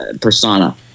persona